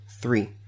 three